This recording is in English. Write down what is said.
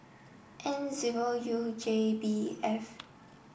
N zero U J B F